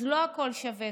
אז לא הכול שווה,